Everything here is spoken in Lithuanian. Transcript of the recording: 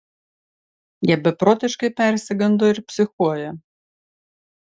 jie beprotiškai persigando ir psichuoja